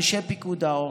אנשי פיקוד העורף,